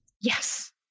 Yes